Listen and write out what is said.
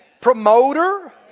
promoter